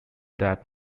that